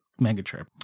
Megatrip